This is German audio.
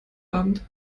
abend